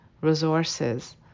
resources